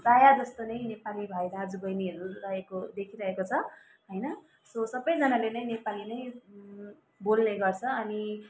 प्रायः जस्तो नै नेपाली भाइ दाजु बहिनीहरू रहेको देखिरहेको छ होइन सो सबैजनाले नै नेपाली नै बोल्ने गर्छ अनि